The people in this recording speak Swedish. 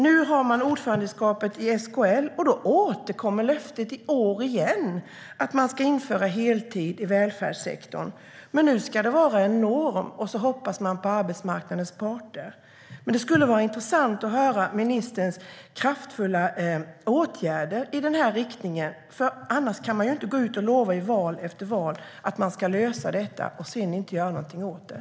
Nu innehar man ordförandeskapet i SKL, och i år har löftet återkommit om att införa heltid i välfärdssektorn. Men nu ska det vara en norm, och så hoppas man på arbetsmarknadens parter. Det skulle vara intressant att höra om ministerns kraftfulla åtgärder i den riktningen. Annars kan man inte inför val efter val lova att problemet ska lösas - men sedan inte göra något åt det.